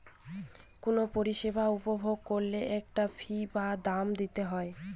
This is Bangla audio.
কোনো পরিষেবা উপভোগ করলে একটা ফী বা দাম দিতে হয়